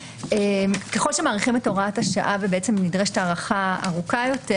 ככל שמאריכים את הוראת השעה ובעצם נדרשת הארכה ארוכה יותר,